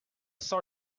saw